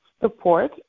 support